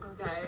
Okay